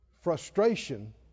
Frustration